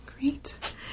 Great